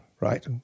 right